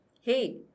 Hey